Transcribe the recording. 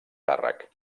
càrrec